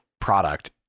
product